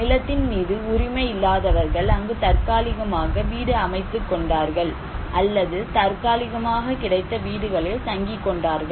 நிலத்தின் மீது உரிமை இல்லாதவர்கள் அங்கு தற்காலிகமாக வீடு அமைத்துக் கொண்டார்கள் அல்லது தற்காலிகமாக கிடைத்த வீடுகளில் தங்கிக் கொண்டார்கள்